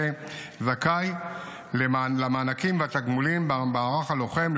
אלה זכאי למענקים והתגמולים במערך הלוחם,